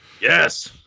Yes